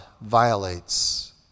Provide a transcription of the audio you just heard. violates